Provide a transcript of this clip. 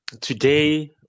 today